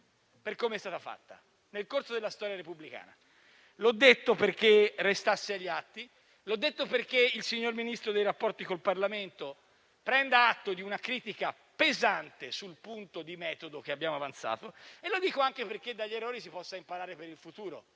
per come è stata fatta. L'ho detto perché restasse agli atti e perché il signor Ministro dei rapporti con il Parlamento prenda atto di una critica pesante sul punto di metodo che abbiamo avanzato e lo dico anche perché dagli errori si possa imparare per il futuro.